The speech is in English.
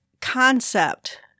concept